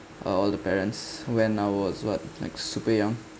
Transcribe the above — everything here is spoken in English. all the parents when I was what like super young